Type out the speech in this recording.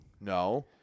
No